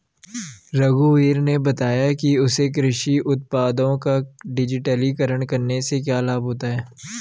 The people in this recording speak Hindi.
रघुवीर ने बताया कि उसे कृषि उत्पादों का डिजिटलीकरण करने से क्या लाभ होता है